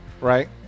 right